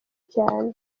cyane